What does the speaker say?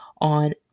on